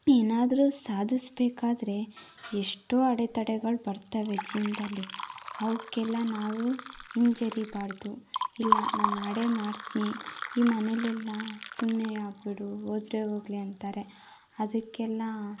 ಏನಾದರೂ ಸಾಧಿಸಬೇಕಾದ್ರೆ ಎಷ್ಟೋ ಅಡೆತಡೆಗಳು ಬರ್ತವೆ ಜೀವನದಲ್ಲಿ ಅವಕ್ಕೆಲ್ಲ ನಾವು ಹಿಂಜರಿಬಾರದು ಇಲ್ಲ ನಾನು ಮಾಡೇ ಮಾಡ್ತೀನಿ ಈ ಮನೇಲೆಲ್ಲ ಸುಮ್ಮನೆ ಆಗಿಬಿಡು ಹೋದರೆ ಹೋಗಲಿ ಅಂತಾರೆ ಅದಕ್ಕೆಲ್ಲ